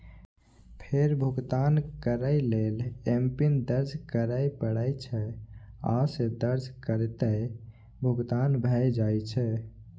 फेर भुगतान करै लेल एमपिन दर्ज करय पड़ै छै, आ से दर्ज करिते भुगतान भए जाइ छै